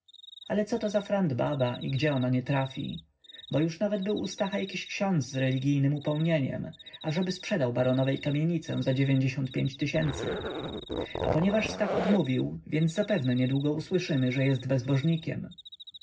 ale coto za frant baba i gdzie ona nie trafi bo już nawet był u stacha jakiś ksiądz z religijnem upomnieniem ażeby sprzedał baronowej kamienicę za tysięcy a ponieważ stach odmówił więc zapewne niedługo usłyszymy że jest